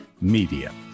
media